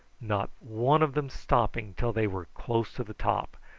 not one of them stopping till they were close to the top,